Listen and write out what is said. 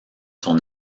son